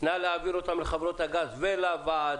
נא להעביר אותן לחברות הגז ולוועדה.